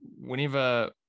whenever